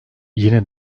yine